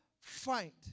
fight